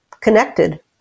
connected